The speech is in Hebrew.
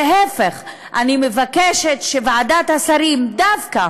להפך, אני מבקשת שוועדת השרים דווקא